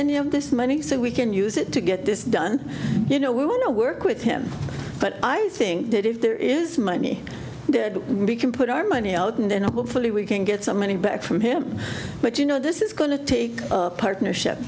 any of this money so we can use it to get this done you know we want to work with him but i think that if there is money good we can put our money out and hopefully we can get some money back from him but you know this is going to take a partnership